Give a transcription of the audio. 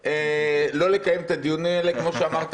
לא לקיים את הדיונים האלה כמו שאמרת